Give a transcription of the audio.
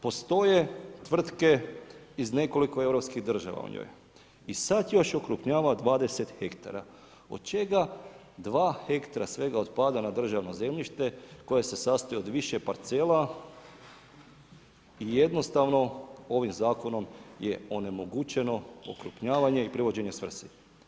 Postoje tvrtke iz nekoliko europskih država u njoj i sad još okrupnjavamo 20 hektara od čega 2 hektra svega otpada na državno zemljište koje se sastoji od više parcela i jednostavno ovim Zakonom je onemogućeno okrupnjavanje i privođenje svrsi.